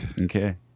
Okay